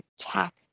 attack